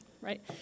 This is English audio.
right